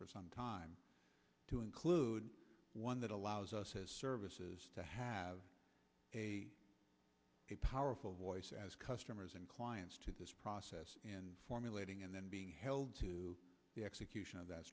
for some time to include one that allows us his services to have a powerful voice as customers and clients to this process and formulating and then being held to the execution of that